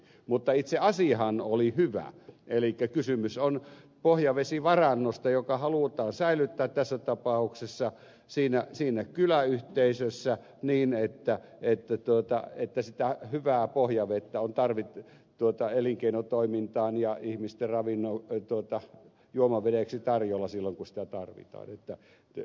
mutta itse asiahan oli hyvä elikkä kysymys on pohjavesivarannosta joka halutaan säilyttää tässä tapauksessa siinä kyläyhteisössä niin että sitä hyvää pohjavettä on elinkeinotoimintaan ja ihmisten juomavedeksi tarjolla silloin kun sitä tarvitaan